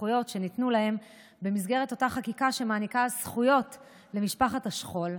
בזכויות שניתנו להם במסגרת אותה חקיקה שמעניקה זכויות למשפחת השכול,